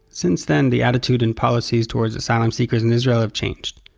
since then, the attitudes and policies toward asylum seekers in israel have changed.